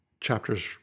chapters